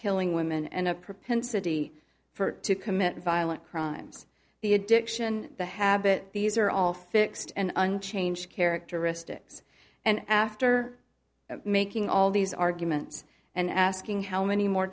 killing women and a propensity for to commit violent crimes the addiction the habit these are all fixed and unchanged characteristics and after making all these arguments and asking how many more